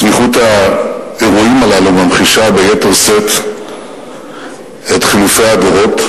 סמיכות האירועים הללו ממחישה ביתר שאת את חילופי הדורות,